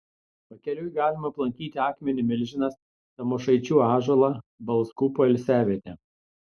pakeliui galima aplankyti akmenį milžinas tamošaičių ąžuolą balskų poilsiavietę